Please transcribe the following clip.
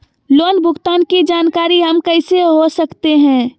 Loan भुगतान की जानकारी हम कैसे हो सकते हैं?